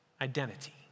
identity